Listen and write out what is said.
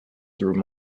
through